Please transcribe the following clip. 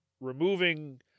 removing